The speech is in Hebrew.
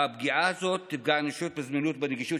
הפגיעה הזאת תפגע אנושות בזמינות ובנגישות